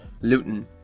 Luton